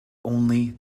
only